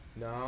No